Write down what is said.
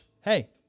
hey